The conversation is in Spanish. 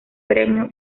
premio